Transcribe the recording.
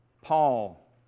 Paul